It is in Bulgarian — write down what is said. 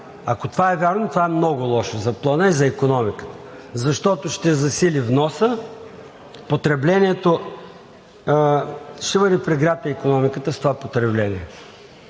Ако това е вярно, това е много лошо за Плана и за икономиката, защото ще засили вноса, ще бъде прегрята икономиката с това потребление.